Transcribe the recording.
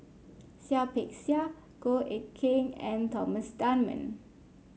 Seah Peck Seah Goh Eck Kheng and Thomas Dunman